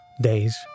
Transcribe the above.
days